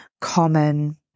common